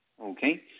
Okay